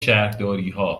شهرداریها